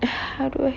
how do I